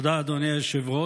תודה, אדוני היושב-ראש.